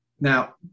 Now